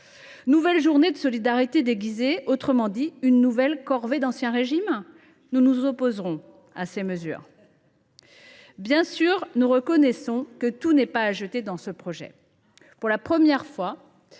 nouvelle journée de solidarité déguisée, autrement dit, d’une nouvelle corvée d’Ancien Régime ! Nous nous opposerons à ces mesures. Toutefois, nous reconnaissons que tout n’est pas à jeter dans ce projet. Premièrement,